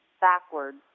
backwards